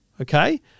Okay